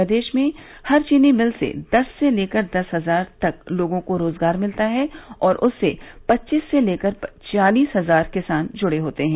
प्रदेश में हर चीनी मिल से दस से लेकर दस हजार तक लोगों को रोजगार मिलता है और उससे पच्चीस से लेकर चालीस हजार किसान जुड़े होते हैं